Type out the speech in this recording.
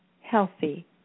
healthy